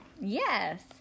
Yes